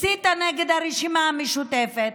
הסיתה נגד הרשימה המשותפת,